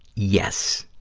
yes,